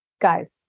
Guys